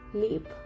leap